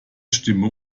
stimmen